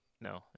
no